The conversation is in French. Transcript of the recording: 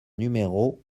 numéro